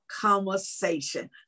conversation